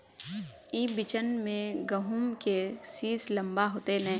ई बिचन में गहुम के सीस लम्बा होते नय?